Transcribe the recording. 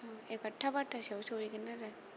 एगार'था बार'थासोआव सहैगोन आरो